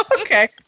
Okay